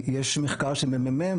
יש מחקר של ממ"מ,